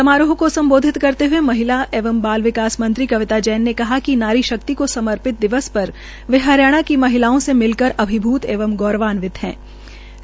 समरोह को सम्बोधित करते हये महिला एंव बाल विकास मंत्री कविता जैन ने कहा कि नारी शक्ति को समर्पित दिवस पर वे हरियाणा से मिलकर अभिभूत एवं गौरवान्वित हो रही है